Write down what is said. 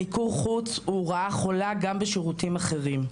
מיקור חוץ הוא רעה חולה גם בשירותים אחרים,